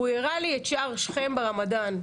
והוא הראה לי את שער שכם ברמדאן,